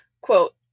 Quote